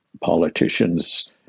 politicians